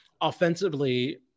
offensively